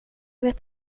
vet